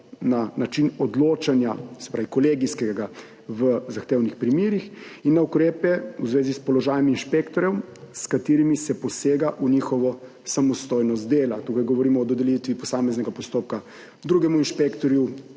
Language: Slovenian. na način odločanja, se pravi kolegijskega v zahtevnih primerih, in na ukrepe v zvezi s položajem inšpektorjev, s katerimi se posega v njihovo samostojnost dela, tukaj govorimo o dodelitvi posameznega postopka drugemu inšpektorju,